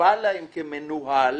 נקבע להם כמנוהל